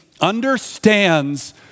understands